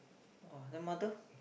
!wah! then mother